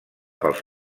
pels